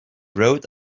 rode